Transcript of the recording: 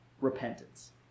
repentance